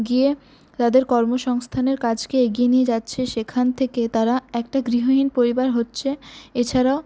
গিয়ে তাদের কর্মসংস্থানের কাজকে এগিয়ে নিয়ে যাচ্ছে সেখান থেকে তারা একটা গৃহহীন পরিবার হচ্ছে এছাড়াও